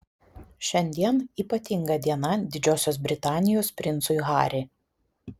šiandien ypatinga diena didžiosios britanijos princui harry